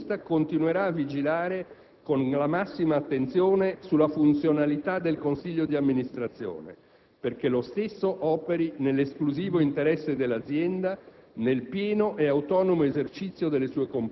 Anzi, il Ministro azionista continuerà a vigilare con la massima attenzione sulla funzionalità del Consiglio di amministrazione, perché lo stesso operi nell'esclusivo interesse dell'azienda,